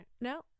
no